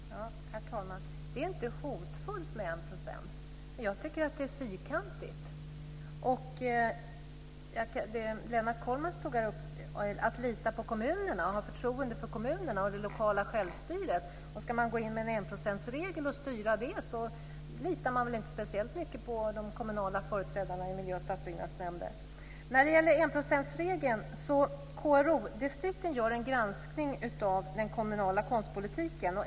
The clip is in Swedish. Herr talman! Det är inte hotfullt med 1 %. Jag tycker att det är fyrkantigt. Lennart Kollmats tog upp frågan om att lita på och ha förtroende för kommunerna och det lokala självstyret. Ska man gå in och styra med en enprocentsregel litar man väl inte speciellt mycket på de kommunala företrädarna i miljöoch stadsbyggnadsnämnden. När det gäller enprocentsregeln gör KRO distrikten en granskning av den kommunala konstpolitiken.